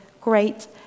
great